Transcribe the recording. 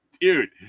Dude